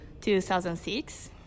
2006